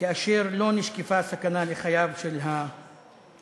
כאשר לא נשקפה סכנה לחייו של הסגן-אלוף.